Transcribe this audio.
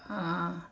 uh